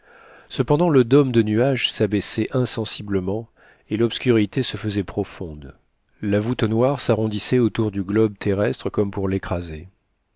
cependant le dôme de nuages s'abaissait insensiblement et l'obscurité se faisait profonde la voûte noire s'arrondissait autour du globe terrestre comme pour l'écraser